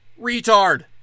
retard